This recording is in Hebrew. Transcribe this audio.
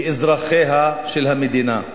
כאזרחיה של המדינה.